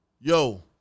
Yo